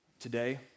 today